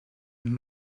and